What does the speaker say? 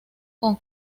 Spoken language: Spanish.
con